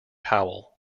howell